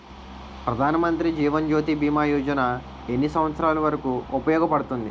ప్రధాన్ మంత్రి జీవన్ జ్యోతి భీమా యోజన ఎన్ని సంవత్సారాలు వరకు ఉపయోగపడుతుంది?